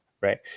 right